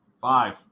Five